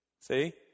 See